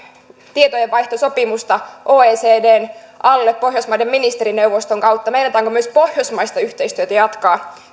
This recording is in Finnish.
tietojenvaihtosopimusta oecdn alle pohjoismaiden ministerineuvoston kautta meinataanko myös pohjoismaista yhteistyötä jatkaa